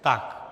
Tak.